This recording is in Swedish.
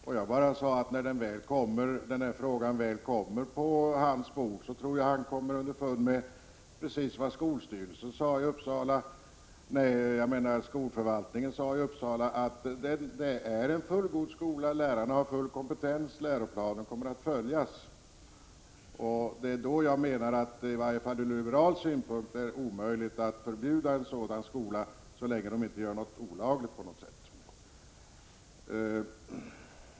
Jag sade bara att jag tror att han, när den här frågan väl ligger på hans bord, kommer underfund med precis det som skolförvaltningen i Uppsala sade, nämligen att det är en fullgod skola, att lärarna har fullgod kompetens och att läroplanen kommer att följas. Jag menar att det i varje fall från liberal synpunkt är omöjligt att förbjuda en sådan skola, så länge där inte sker något olagligt.